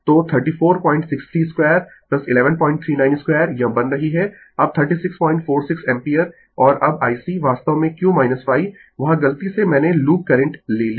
तो 3463 square 1139 square यह बन रही है अब 3646 एम्पीयर और अब IC वास्तव में q y वहाँ गलती से मैंने लूप करंट ले ली